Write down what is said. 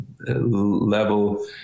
Level